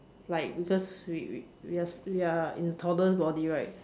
like because we we we are we are in toddler's body right